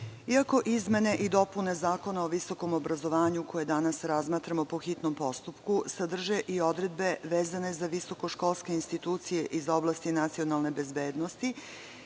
iako izmene i dopune Zakona o visokom obrazovanju koje danas razmatramo po hitnom postupku sadrže i odredbe vezane za visokoškolske institucije iz oblasti nacionalne bezbednosti,